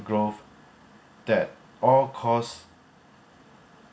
growth that all costs